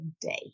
day